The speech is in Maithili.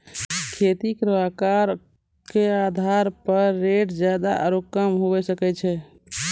खेती केरो आकर क आधार पर रेट जादा आरु कम हुऐ सकै छै